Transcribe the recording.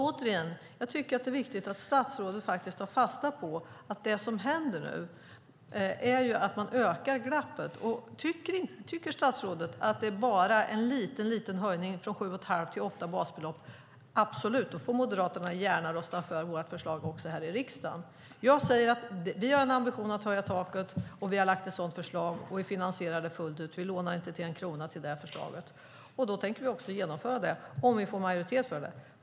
Återigen: Jag tycker att det är viktigt att statsrådet tar fasta på att det som händer nu är att man ökar glappet. Om statsrådet tycker att det är bara en liten, liten höjning från 7 1⁄2 till 8 basbelopp, då får Moderaterna gärna rösta fram vårt förslag här i riksdagen. Vi har en ambition att höja taket. Vi har lagt fram ett sådant förslag och finansierar det fullt ut. Vi lånar inte en krona till det förslaget, och då tänker vi också genomföra det, om vi får majoritet för det.